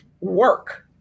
work